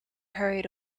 hurried